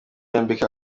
yambika